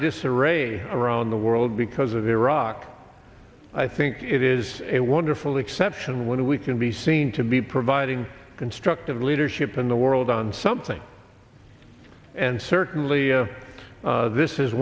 disarray around the world because of iraq i think it is a wonderful exception when we can be seen to be providing constructive leadership in the world on something and certainly this is